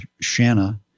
Shanna